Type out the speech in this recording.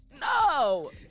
No